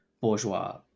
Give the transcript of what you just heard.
bourgeois